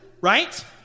Right